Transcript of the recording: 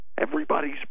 everybody's